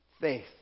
Faith